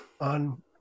on